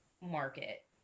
market